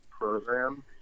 program